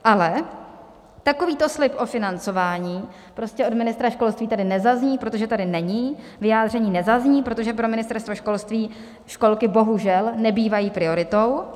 Ale takovýto slib o financování prostě od ministra školství tady nezazní, protože tady není, vyjádření nezazní, protože pro Ministerstvo školství školky bohužel nebývají prioritou.